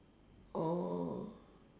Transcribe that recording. oh